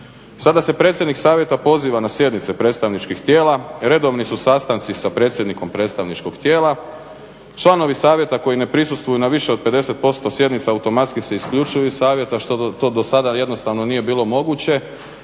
Sada se predsjednik savjeta poziva na sjednice predstavničkih tijela, redovni su sastanci sa predsjednikom predstavničkog tijela. Članovi savjeta koji ne prisustvuju na više od 50% sjednica automatski se isključuju iz savjeta što to dosada jednostavno nije bilo moguće